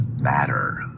matter